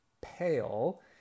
pale